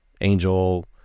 angel